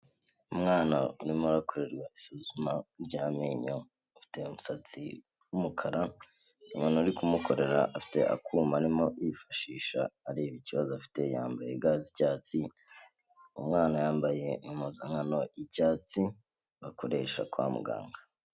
Umwana urimo urakorerwa isuzuma ry'amenyo, afite umusatsi w'umukara, umuntu uri kumukorera afite akuma arimo yifashisha areba ikibazo afite yambaye ga z'icyatsi, umwana yambaye impuzankano y'icyatsi bakoresha kwa muganga.